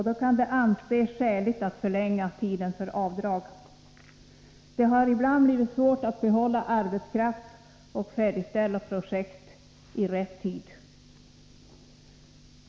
Det kan då anses skäligt att förlänga tiden för avdrag. Det har ibland blivit svårt att behålla arbetskraft och färdigställa projekt i rätt tid.